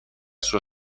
sua